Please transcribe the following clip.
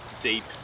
deep